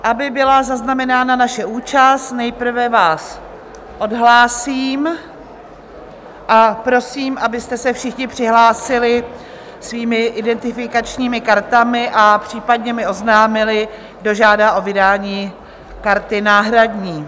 Aby byla zaznamenána naše účast, nejprve vás odhlásím a prosím, abyste se všichni přihlásili svými identifikačními kartami a případně mi oznámili, kdo žádá o vydání karty náhradní.